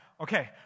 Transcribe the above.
okay